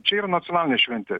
čia yra nacionalinė šventė